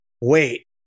Wait